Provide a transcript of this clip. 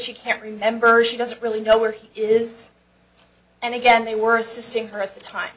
she can't remember she doesn't really know where he is and again they were assisting her at the time